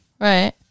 Right